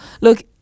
Look